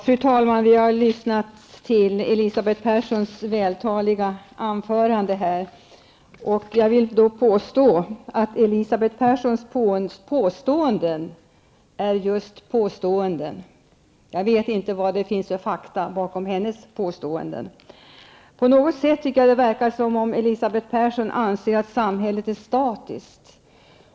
Fru talman! Vi har lyssnat till Elisabeth Perssons vältaliga anförande. Jag vill påstå att Elisabeth Perssons påståenden är just påståenden. Jag vet inte vad det finns för fakta bakom hennes påståenden. På något sätt tycker jag att det verkar som om Elisabeth Persson anser att samhället är statiskt.